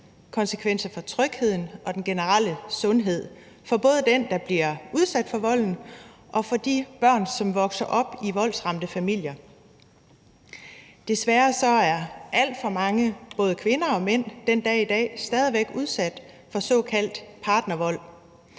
trivslen, for trygheden og den generelle sundhed, både for den, der bliver udsat for volden, og for de børn, som vokser op i voldsramte familier. Desværre er alt for mange både kvinder og mænd den dag i dag stadig væk udsat for såkaldt partnervold.